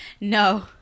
No